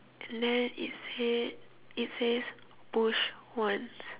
and then it said it says push once